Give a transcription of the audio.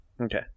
okay